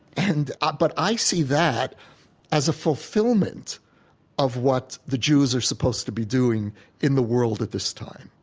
and ah but i see that as a fulfillment of what the jews are supposed to be doing in the world at this time.